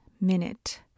minute